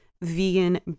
vegan